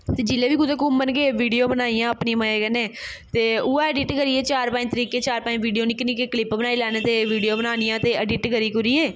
ते जिल्लै बी कुतै घूमन गे वीडियो बनाइयां अपनी मजे कन्नै ते उ'ऐ अडिट करियै चार पंज तरीके चार पंज वीडियो निक्के निक्के क्लिप बनाई लैने ते वीडियो बनानियां ते अडिट करी कुरियै